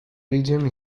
region